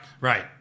Right